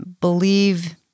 believe